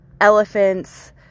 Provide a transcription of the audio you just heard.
elephants